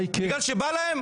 בגלל שבא להם?